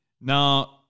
now